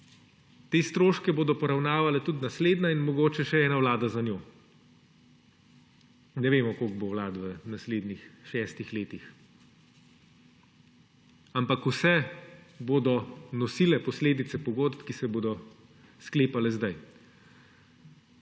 Te stroške bodo poravnavale tudi naslednja in mogoče še ena vlada za njo. Ne vemo, koliko bo vlad v naslednjih šestih letih, ampak vse bodo nosile posledice pogodb, ki se bodo sklepale zdaj,